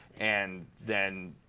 and then,